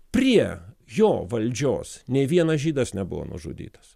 prie jo valdžios nei vienas žydas nebuvo nužudytas